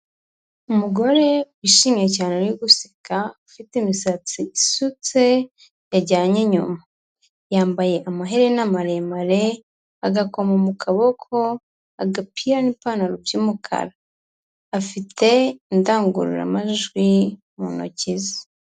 Umugore wishimye cyane uri guseka, ufite imisatsi isutse yajyanye inyuma, yambaye amaherena maremare, agakomo mu kaboko, agapira n'ipantaro by’umukara, afite indangururamajwi mu ntoki ze.